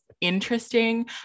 interesting